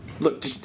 Look